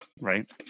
Right